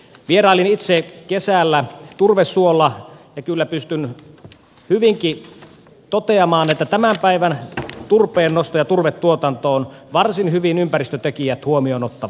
vierailin itse kesällä turvesuolla ja kyllä pystyn hyvinkin toteamaan että tämän päivän turpeennosto ja turvetuotanto ovat varsin hyvin ympäristötekijät huomioon ottavaa